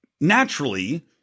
naturally